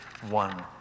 one